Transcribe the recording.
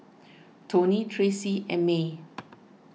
Tony Tracy and Maye